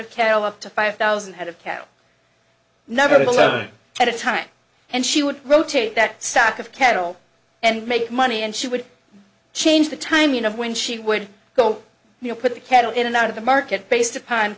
of cattle up to five thousand head of cattle never having had a time and she would rotate that sack of cattle and make money and she would change the timing of when she would go you know put the cattle in and out of the market based upon